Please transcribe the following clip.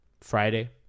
Friday